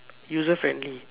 user friendly